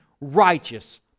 righteous